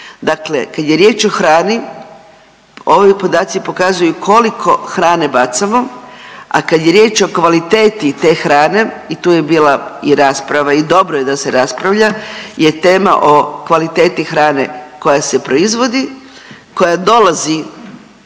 Dakle, kada je riječ o hrani ovi podaci pokazuju koliko hrane bacamo, a kada je riječ o kvaliteti te hrene i tu je bila i rasprava i dobro je da se raspravlja je tema o kvaliteti hrane koja se proizvodi, koja dolazi